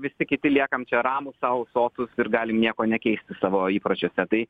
visi kiti liekame čia ramūs sau sotūs ir galim nieko nekeisti savo įpročiuose tai